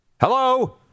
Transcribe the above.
Hello